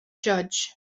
judge